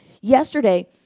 Yesterday